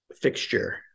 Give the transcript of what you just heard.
fixture